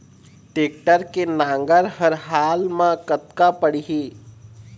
Tractor के नांगर हर हाल मा कतका पड़िही?